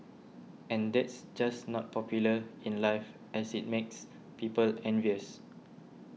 and that's just not popular in life as it makes people envious